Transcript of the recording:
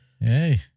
Hey